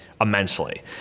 immensely